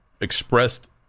expressed